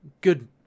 good